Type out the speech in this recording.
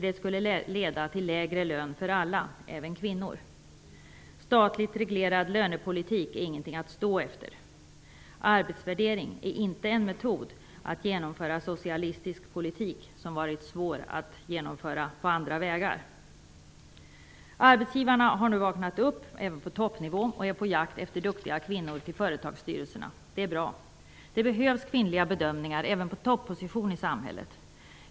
Det skulle leda till lägre lön för alla -- även kvinnor. Statligt reglerad lönepolitik är ingenting att stå efter. Arbetsvärdering är inte en metod att genomföra socialistisk politik som varit svår att genomföra på andra vägar. Arbetsgivarna har nu vaknat upp, även på toppnivå, och är på jakt efter duktiga kvinnor till företagsstyrelserna. Det är bra. Det behövs kvinnliga bedömningar även på topposition i samhället.